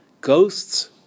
ghosts